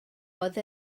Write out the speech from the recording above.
oedd